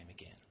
again